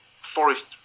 Forest